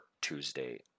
Tuesday